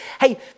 hey